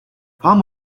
palm